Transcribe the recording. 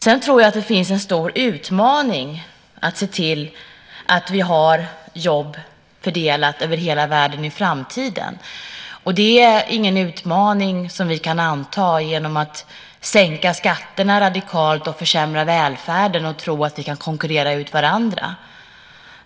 Sedan tror jag att det finns en stor utmaning i att se till att vi har jobb fördelade över hela världen i framtiden. Det är ingen utmaning som vi kan anta genom att sänka skatterna radikalt, försämra välfärden och tro att vi kan konkurrera ut varandra.